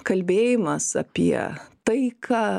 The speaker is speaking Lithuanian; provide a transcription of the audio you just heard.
kalbėjimas apie taiką